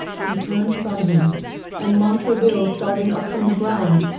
he turned from him and montraville starting up from the ground,